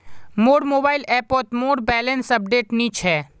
मोर मोबाइल ऐपोत मोर बैलेंस अपडेट नि छे